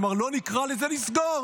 כלומר, לא נקרא לזה לסגור,